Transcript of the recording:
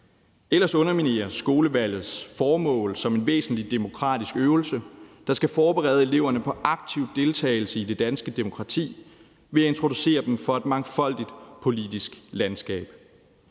Ellers undermineres skolevalgets formål som en væsentlig demokratisk øvelse, der skal forberede eleverne på en aktiv deltagelse i det danske demokrati ved at introducere dem for et mangfoldigt politisk landskab.